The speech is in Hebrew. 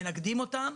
מנקדים אותן,